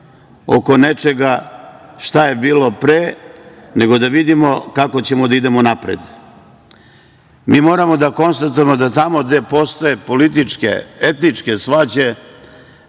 oko nečega šta je bilo pre nego da vidimo kako ćemo da idemo napred. Mi moramo da konstatujemo da tamo gde postoje političke, etničke svađe